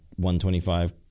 125